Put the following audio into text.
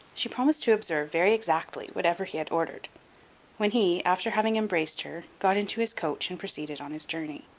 she promised to observe, very exactly, whatever he had ordered when he, after having embraced her, got into his coach and proceeded on his journey.